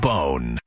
Bone